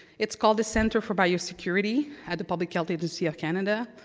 it's called the center for biosecurity at the public health agency of canada.